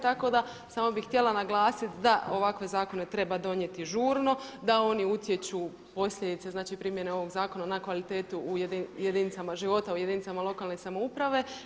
Tako da samo bi htjela naglasit da ovakve zakone treba donijeti žurno da oni utječu, posljedice znači primjene ovog zakona na kvalitetu u jedinicama života, u jedinicama lokalne samouprave.